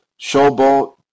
Showboat